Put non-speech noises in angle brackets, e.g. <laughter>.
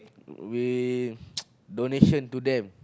we <noise> donation to them